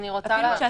כאשר